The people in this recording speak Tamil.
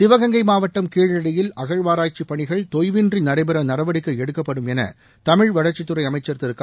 சிவகங்கை மாவட்டம் கீழடியில் அகழ்வாராய்ச்சிப் பணிகள் தொய்வின்றி நடைபெற நடவடிக்கை எடுக்கப்படும் என தமிழ் வளர்ச்சித்துறை அமைச்சர் திரு க